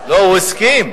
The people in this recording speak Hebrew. באופן מפתיע,